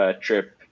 trip